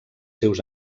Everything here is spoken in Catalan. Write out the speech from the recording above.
seus